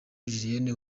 julienne